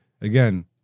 again